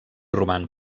roman